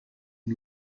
new